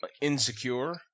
Insecure